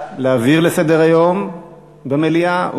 להעביר לסדר-היום במליאה,